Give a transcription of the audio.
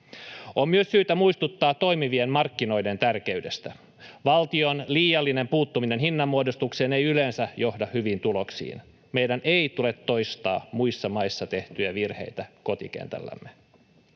On myös syytä muistuttaa toimivien markkinoiden tärkeydestä. Valtion liiallinen puuttuminen hinnanmuodostukseen ei yleensä johda hyviin tuloksiin. Meidän ei tule toistaa muissa maissa tehtyjä virheitä kotikentällämme.